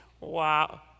wow